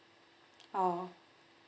oh